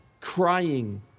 crying